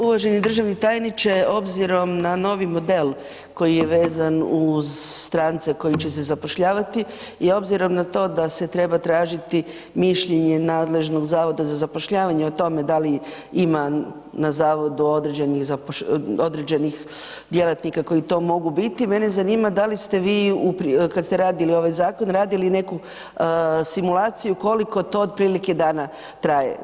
Uvaženi državni tajniče, obzirom na novi model koji je vezan uz strance koji će se zapošljavati i obzirom na to da se treba tražiti mišljenje nadležnog zavoda za zapošljavanje o tome da li ima na zavodu određenih djelatnika koji to mogu biti, mene zanima da li ste vi kad ste radili ovaj zakon, radili neku simulaciju koliko to otprilike dana traje?